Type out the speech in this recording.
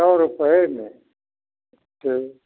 सौ रुपये में दे